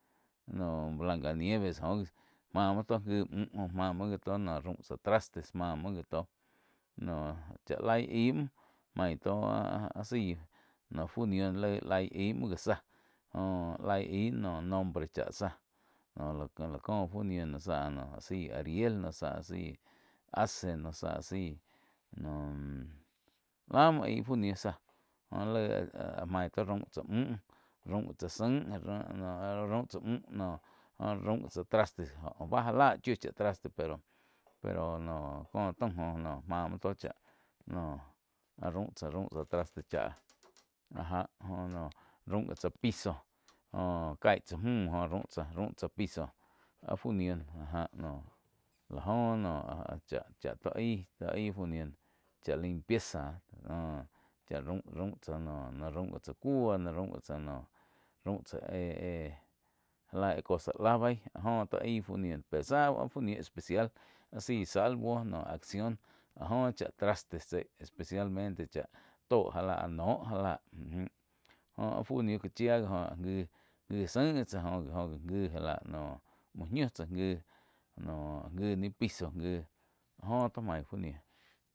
No blanca nieves, oh gi máh muo tóh gi muh joh mah muo gi tó raum tsás trastes má muo gi tóh noh chá laig aig muo mái tó áh-áh áh zaí fu nih laig aig muo gi záh jóh laig aig muo nombre chá záh noh la có, có fu ní záh áh zaíh ariel móh záh áh zaí ace nóh záh áh zaí noh lá muo aig fu níh záh jóh laig áh maí tó raum tsá muh raum gí tsá zain áh raum tzá múh noh jó raum tsáh trastes joh bá já láh traste pero, pero noh có taum góh máh muo tó cháh noh áh raum tsáh trastes cháh áh já jo noh raum gi tsá piso jóh caig tsá múh raum tsá-rau, raum tsa piso áh fu ní áh jáh noh láh go noh áh cha-cha tó aíg fu ní chá limpieza goh cha raum-raum tsáh noh raum gi tsá cúo raum gi tsá noh raum tsá éh-éh já la cosa láh beí áh joh tó aig fu ní pe zá áh fu ní especial áh zaí salvo noh axion áh joh chá trastes especialmente chá tó já láh noh já lá uh mu jó áh fu ní cá chía jo áh gi-gi zain tsá oh gi oh gi já láh muo ñiu tsáh gi noh gi ni piso gi áh go tó maig fu ní.